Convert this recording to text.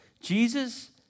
Jesus